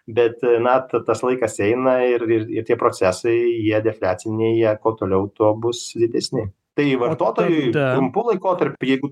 bet na t tas laikas eina ir ir tie procesai jie defliaciniai jie kuo toliau tuo bus didesni tai vartotojui trumpu laikotarpiu jeigu